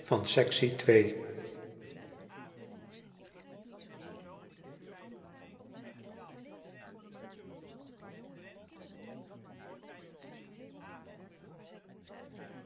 van die twee